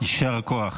יישר כוח.